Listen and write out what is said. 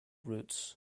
roots